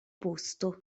posto